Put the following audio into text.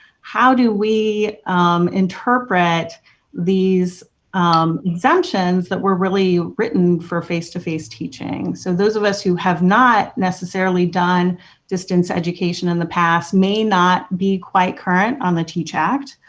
how do we interpret these exemptions that were really written for face-to-face teaching, so those of us who have not necessarily done distance education in the past may not be quite current on the teach act.